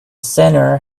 sinner